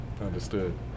Understood